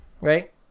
right